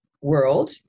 world